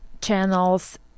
channels